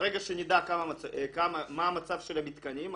ברגע שנדע מה המצב של המתקנים,